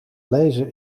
lezen